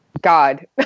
God